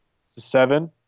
Seven